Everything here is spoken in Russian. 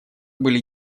были